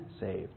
saved